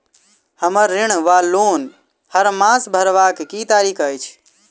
हम्मर ऋण वा लोन हरमास भरवाक की तारीख अछि?